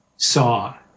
saw